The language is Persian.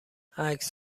عکس